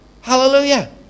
Hallelujah